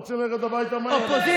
רוצים ללכת הביתה מהר, אני מבין.